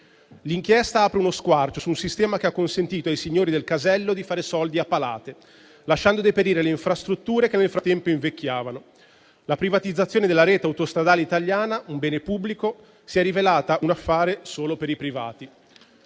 L'inchiesta apre uno squarcio su un sistema che ha consentito ai signori del casello di fare soldi a palate, lasciando deperire le infrastrutture che nel frattempo invecchiavano: la privatizzazione della rete autostradale italiana, un bene pubblico, si è rivelata un affare solo per i privati».